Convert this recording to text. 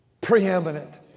preeminent